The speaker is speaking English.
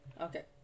Okay